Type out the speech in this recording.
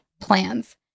PLANS